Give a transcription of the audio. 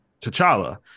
t'challa